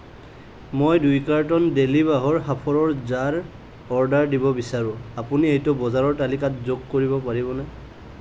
মই দুই কাৰ্টন ডেলী বাঁহৰ সাঁফৰৰ জাৰ অৰ্ডাৰ দিব বিচাৰো আপুনি এইটো বজাৰৰ তালিকাত যোগ কৰিব পাৰিবনে